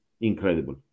incredible